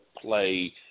play